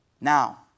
Now